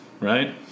right